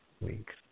weeks